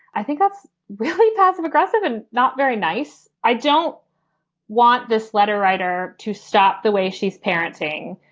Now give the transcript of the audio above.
i think that's really passive aggressive and not very nice. i don't want this letter writer to stop the way she's parenting.